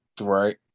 Right